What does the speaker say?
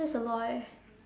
that's the law right